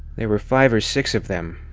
there were five or six of them,